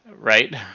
Right